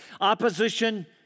opposition